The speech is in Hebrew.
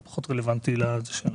אני ממשיך עם הקראת התקנות.